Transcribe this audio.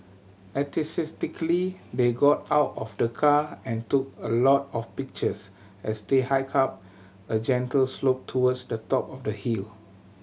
they got out of the car and took a lot of pictures as they hiked up a gentle slope towards the top of the hill